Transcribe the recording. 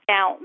Now